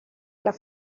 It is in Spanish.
las